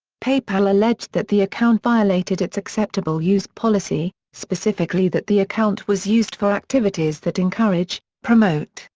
paypal alleged that the account violated its acceptable use policy, specifically that the account was used for activities that encourage, promote,